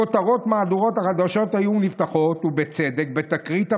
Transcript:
כותרות מהדורות החדשות היו נפתחות (ובצדק) בתקרית המזעזעת,